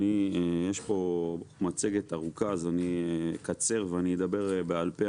יש פה מצגת ארוכה אז אני אקצר ואדבר בעל פה.